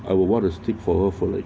I would wanna stick for her for it